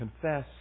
confess